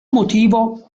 motivo